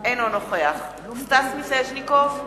אינו נוכח סטס מיסז'ניקוב,